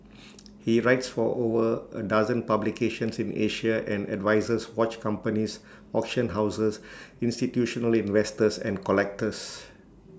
he writes for over A dozen publications in Asia and advises watch companies auction houses institutional investors and collectors